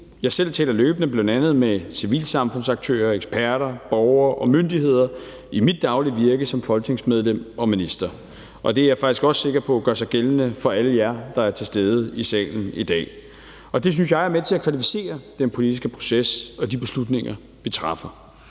Jeg selv taler løbende med bl.a. civilsamfundsaktører, eksperter, borgere og myndigheder i mit daglige virke som folketingsmedlem og minister, og det er jeg faktisk også sikker på gør sig gældende for alle jer, der er til stede i salen i dag. Og det synes jeg er med til at kvalificere den politiske proces og de beslutninger, vi træffer.